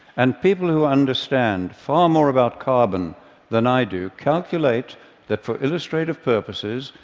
and people who understand far more about carbon than i do calculate that, for illustrative purposes,